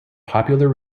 popular